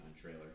trailer